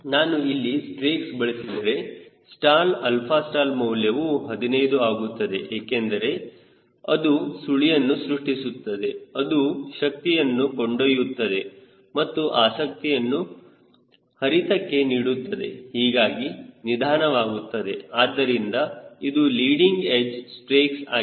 ನಾನು ಇಲ್ಲಿ ಸ್ಟ್ರೇಕ್ಸ್ ಬಳಸಿದರೆ ಸ್ಟಾಲ್ 𝛼stall ಮೌಲ್ಯವು 15 ಆಗುತ್ತದೆ ಏಕೆಂದರೆ ಅದು ಸುಳಿಯನ್ನು ಸೃಷ್ಟಿಸುತ್ತದೆ ಅದು ಶಕ್ತಿಯನ್ನು ಕೊಂಡೊಯ್ಯುತ್ತದೆ ಮತ್ತು ಆಸಕ್ತಿಯನ್ನು ಹರಿತಕ್ಕೆ ನೀಡುತ್ತದೆ ಹೀಗಾಗಿ ನಿಧಾನವಾಗುತ್ತದೆ ಆದ್ದರಿಂದ ಇದು ಲೀಡಿಂಗ್ ಎಡ್ಚ್ ಸ್ಟ್ರೇಕ್ಸ್ ಆಗಿದೆ